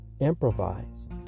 improvise